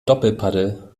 doppelpaddel